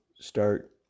start